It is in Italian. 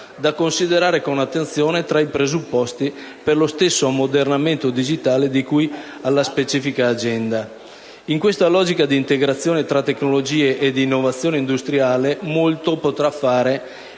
da considerare con attenzione tra i presupposti per lo stesso ammodernamento digitale di cui alla specifica Agenda. In questa logica di integrazione tra tecnologie ed innovazione industriale, molto potrà fare